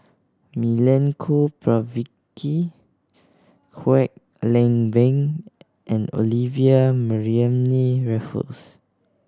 Milenko Prvacki Kwek Leng Beng and Olivia Mariamne Raffles